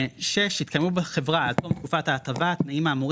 התקיימו בחברה עד תום תקופת ההטבה התנאים האמורים